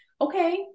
Okay